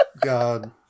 God